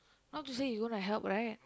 not to say you gonna help right